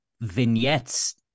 vignettes